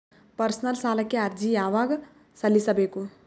Personal ಸಾಲಕ್ಕೆ ಅರ್ಜಿ ಯವಾಗ ಸಲ್ಲಿಸಬೇಕು?